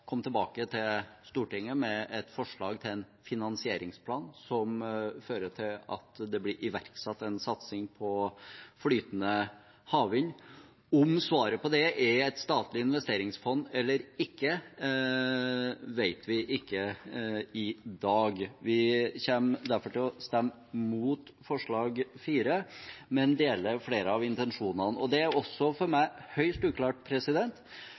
komme tilbake til Stortinget med et forslag til en finansieringsplan som fører til at det blir iverksatt en satsing på flytende havvind. Om svaret på det er et statlig investeringsfond eller ikke, vet vi ikke i dag. Vi kommer derfor til å stemme mot forslag nr. 4, men deler flere av intensjonene bak det. Det er også for meg høyst uklart